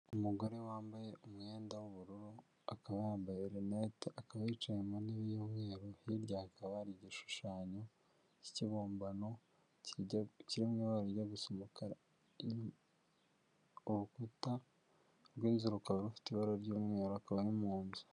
Umugore wambaye umwenda w'ubururu, akaba yambaye rinete, akaba yicaye mu ntebe y'umweru, hirya hakaba hari igishushanyo k'ikibumbano kiri mu ibara rijya gusa umukara, urukuta rw'inzu rukaba rufite ibara ry'umweru akabari mu nzu.